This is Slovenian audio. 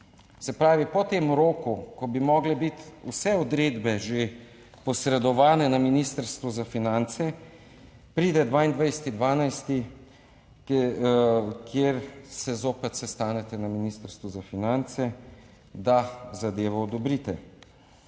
se pravi po tem roku, ko bi morale biti vse odredbe že posredovane na Ministrstvu za finance, pride 22. 12., kjer se zopet sestanete na Ministrstvu za finance, da zadevo odobrite.